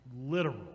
literal